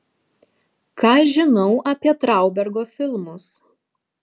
ką žinau apie traubergo filmus